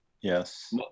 Yes